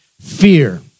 fear